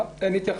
לא, אין התייחסות.